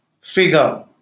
figure